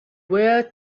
where